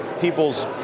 people's